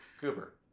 Cooper